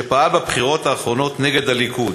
שפעל בבחירות האחרונות נגד הליכוד.